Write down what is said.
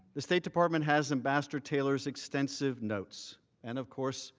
the state department has ambassador taylor's extensive notes and, of course,